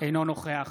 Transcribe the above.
אינו נוכח